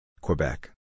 Quebec